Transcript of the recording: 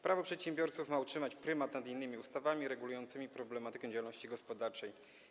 Prawo przedsiębiorców ma utrzymać prymat nad innymi ustawami regulującymi problematykę działalności gospodarczej.